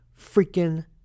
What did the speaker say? freaking